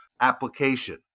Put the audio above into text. application